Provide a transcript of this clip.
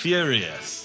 Furious